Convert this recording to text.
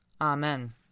Amen